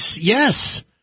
Yes